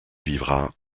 vivra